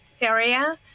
area